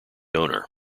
owner